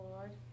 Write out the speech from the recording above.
Lord